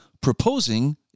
proposing